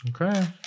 Okay